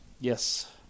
Yes